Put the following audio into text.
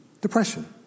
depression